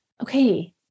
okay